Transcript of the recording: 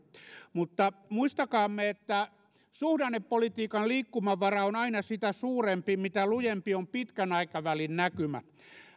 mutta muistakaamme että suhdannepolitiikan liikkumavara on aina sitä suurempi mitä lujempi on pitkän aikavälin näkymä